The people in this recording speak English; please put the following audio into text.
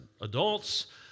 adults